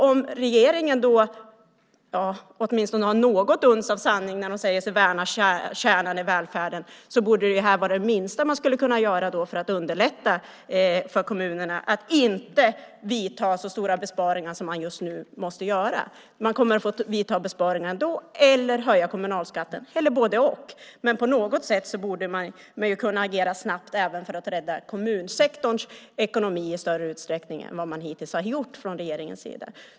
Om det finns något uns av sanning när regeringen säger sig värna kärnan i välfärden borde det här vara det minsta man skulle kunna göra för att underlätta för kommunerna så att de slipper vidta så stora besparingar som man just nu måste göra. Man kommer att få vidta besparingar ändå eller höja kommunalskatten eller både-och. På något sätt borde man kunna agera snabbt även för att rädda kommunsektorns ekonomi i större utsträckning än vad regeringen hittills har gjort.